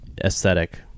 aesthetic